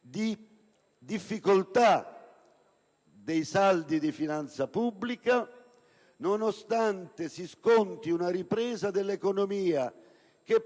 di difficoltà dei saldi di finanza pubblica, nonostante si sconti una ripresa dell'economia (che